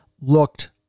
looked